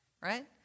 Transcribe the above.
right